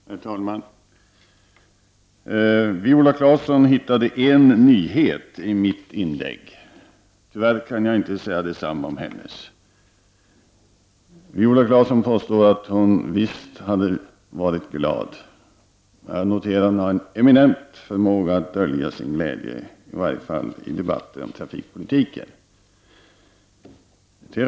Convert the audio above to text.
Herr talman! Viola Claesson hittade en nyhet i mitt inlägg. Tyvärr kan jag inte säga detsamma när det gäller hennes inlägg. Viola Claesson påstår att hon visst har varit glad. Jag noterar att hon har en eminent förmåga att dölja sin glädje, i varje fall i debatter om trafikpolitiken.